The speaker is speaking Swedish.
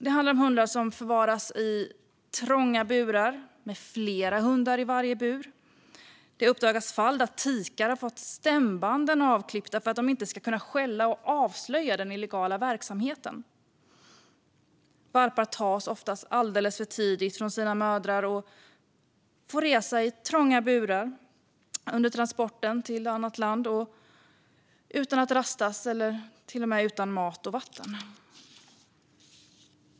Det handlar om hundar som förvaras i trånga burar, med flera hundar i varje bur. Det har uppdagats fall där tikar fått stämbanden avklippta för att de inte ska kunna skälla och avslöja den illegala verksamheten. Valpar tas ofta alldeles för tidigt från sina mödrar och får resa i trånga burar under transporten till ett annat land, utan att rastas och till och med utan mat och vatten.